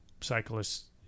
cyclists